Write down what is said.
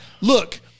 Look